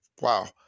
wow